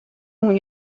اون